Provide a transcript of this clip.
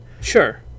Sure